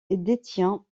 détient